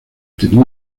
tenía